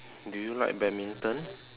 do you like badminton